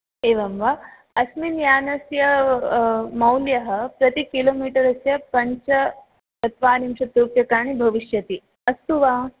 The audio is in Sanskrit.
एवं वा अस्मिन् यानस्य मौल्यः प्रति किलोमीटर स्य पञ्चचत्वारिंशत् रूप्यकाणि भविष्यति अस्तु वा